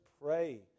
pray